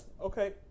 Okay